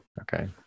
Okay